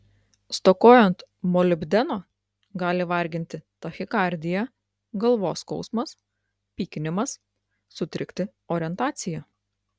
stokojant molibdeno gali varginti tachikardija galvos skausmas pykinimas sutrikti orientacija